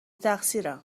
تقصیرم